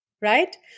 Right